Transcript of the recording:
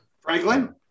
Franklin